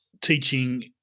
teaching